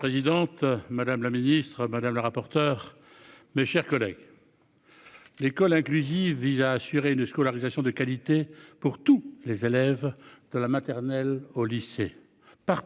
Madame la présidente, madame la ministre madame le rapporteur. Mes chers collègues. L'école inclusive vise à assurer de scolarisation de qualité pour tous les élèves de la maternelle au lycée